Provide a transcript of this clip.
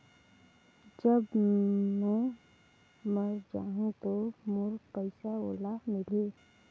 जब मै मर जाहूं तो मोर पइसा ओला मिली?